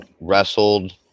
Wrestled